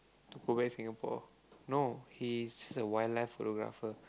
to go back Singapore no he's just a wildlife photographer